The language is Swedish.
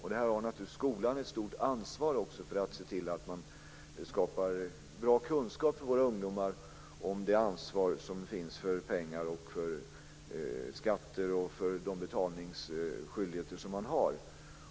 Här har naturligtvis skolan ett stort ansvar att se till att skapa bra kunskaper hos våra ungdomar om det ansvar för pengar, skatter och betalningsskyldigheter som man har.